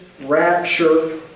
rapture